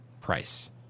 price